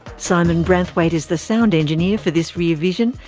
simon branthwaite is the sound engineer for this rear vision.